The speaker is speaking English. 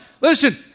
Listen